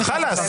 חאלס.